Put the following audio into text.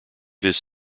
his